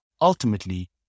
ultimately